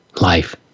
life